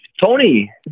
Tony